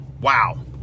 wow